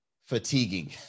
fatiguing